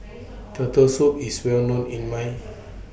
Turtle Soup IS Well known in My